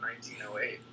1908